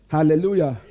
Hallelujah